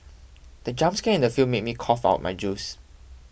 the jump scare in the film made me cough out my juice